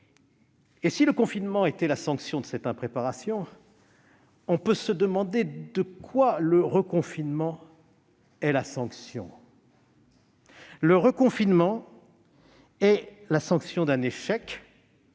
si le confinement était la sanction de cette impréparation, on peut se demander de quoi le reconfinement est la sanction. Le reconfinement est la sanction d'un échec,